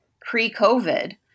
pre-COVID